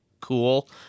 cool